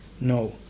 No